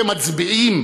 כמצביעים